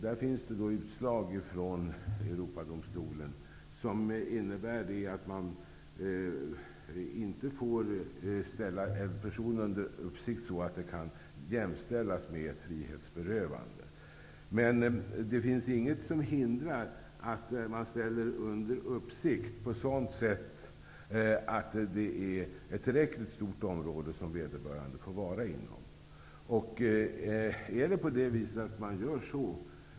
Det finns utslag från Europadomstolen som innebär att man inte får ställa en person under uppsikt, så att det kan jämställas med ett frihetsberövande. Det finns inget som hindrar att man ställer en person under uppsikt om vederbörande får vara inom ett tillräckligt stort område.